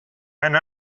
and